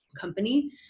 company